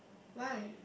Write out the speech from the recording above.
why